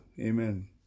Amen